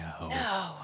no